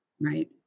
Right